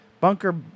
Bunker